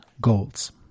goals